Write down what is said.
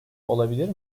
olabilir